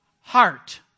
heart